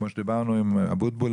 כמו שדיברנו עם אבוטבול,